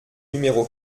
numéro